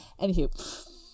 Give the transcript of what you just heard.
Anywho